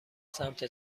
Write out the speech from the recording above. سمت